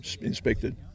inspected